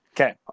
Okay